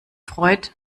freut